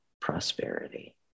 prosperity